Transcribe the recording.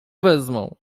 wezmą